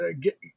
get